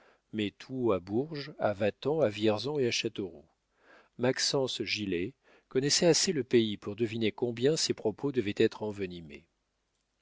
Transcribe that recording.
mais tout haut à bourges à vatan à vierzon et à châteauroux maxence gilet connaissait assez le pays pour deviner combien ces propos devaient être envenimés